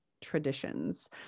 traditions